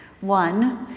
One